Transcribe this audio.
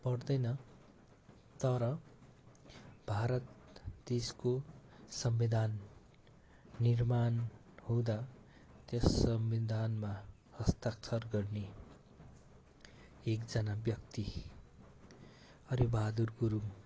पर्दैन तर भारत देशको संविधान निर्माण हुँदा त्यस संविधानमा हस्ताक्षर गर्ने एकजना व्यक्ति अरी बहादुर गुरुङ